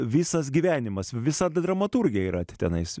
visas gyvenimas visa dramaturgija yra tenais